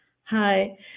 Hi